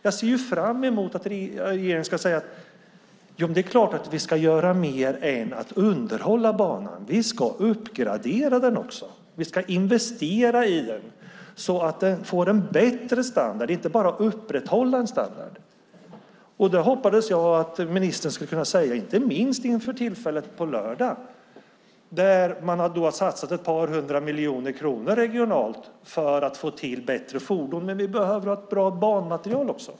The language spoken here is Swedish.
Jag ser fram mot att regeringen ska säga: Det är klart att vi ska göra mer än att underhålla banan! Vi ska uppgradera den också! Vi ska investera i den, så att den får en bättre standard. Vi ska inte bara upprätthålla en standard. Det hoppades jag att ministern skulle kunna säga, inte minst inför tillfället på lördag. Man har satsat ett par hundra miljoner kronor regionalt för att få till bättre fordon. Men vi behöver ha ett bra banmaterial också.